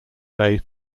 bay